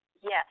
Yes